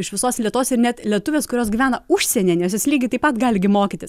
iš visos lietuvos ir net lietuvės kurios gyvena užsienyje nes jos lygiai taip pat gali gi mokytis